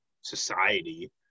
society